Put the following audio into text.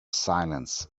silence